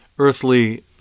earthly